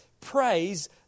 Praise